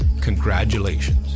Congratulations